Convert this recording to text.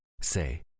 Say